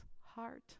heart